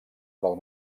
del